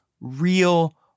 real